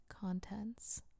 contents